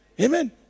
Amen